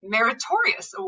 Meritorious